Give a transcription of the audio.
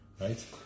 right